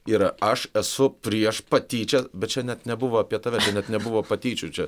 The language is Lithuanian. yra aš esu prieš patyčias bet čia net nebuvo apie tave čia net nebuvo patyčių čia